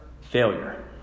failure